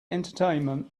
entertainment